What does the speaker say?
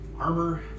armor